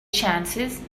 chances